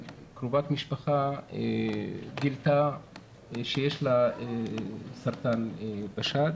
קרובת משפחה גילתה שיש לה סרטן בשד,